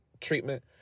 treatment